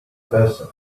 face